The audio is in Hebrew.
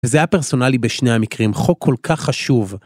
זה היה פרסונלי בשני המקרים, חוק כל כך חשוב.